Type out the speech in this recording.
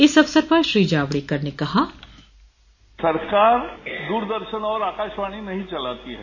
इस अवसर पर श्री जावड़ेकर ने कहा बाइट सरकार दूरदर्शन और आकाशवाणी नहीं चलाती है